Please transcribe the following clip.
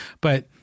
But-